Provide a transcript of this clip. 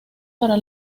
para